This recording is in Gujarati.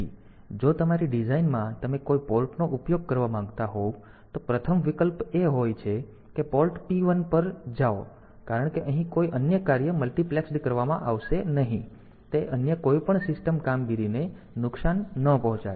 તેથી જો તમારી ડિઝાઇનમાં જો તમે કોઈ પોર્ટનો ઉપયોગ કરવા માંગતા હોવ તો પ્રથમ વિકલ્પ એ હોય છે કે પોર્ટ P 1 પર જાઓ કારણ કે અહીં કોઈ અન્ય કાર્ય મલ્ટિપ્લેક્સ કરવામાં આવશે નહીં તેથી તે અન્ય કોઈપણ સિસ્ટમ કામગીરીને નુકસાન ન પહોંચાડે